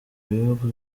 ibihugu